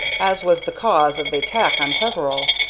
as was the cause of the attack on peveril.